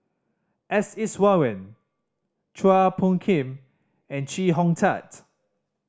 S Iswaran Chua Phung Kim and Chee Hong Tat